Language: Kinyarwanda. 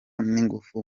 n’ingufu